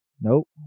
Nope